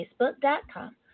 facebook.com